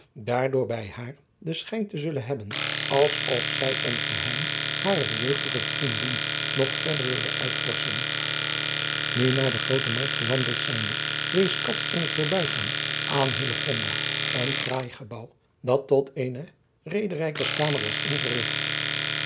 daardoor bij haar den schijn te zullen hebben als of zij een geheim harer jeugdige vriendin nog verder wilde uitvorschen u naar de roote arkt gewandeld zijnde wees in het voorbijgaan aan een fraai gebouw dat tot eene ethorijkkamer was ingerigt